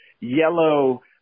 yellow